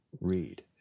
read